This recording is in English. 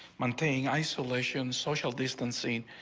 one thing isolation social distancing.